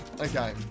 Okay